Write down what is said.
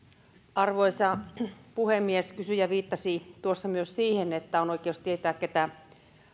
arvoisa puhemies kysyjä viittasi tuossa myös siihen että on oikeus tietää keitä